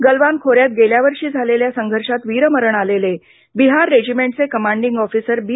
गलवान खोऱ्यात गेल्या वर्षी झालेल्या संघर्षात वीरमरण आलेले बिहार रेजिमेंटचे कमांडिंग ऑफिसर बी